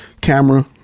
camera